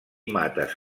mates